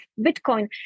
Bitcoin